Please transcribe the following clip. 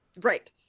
right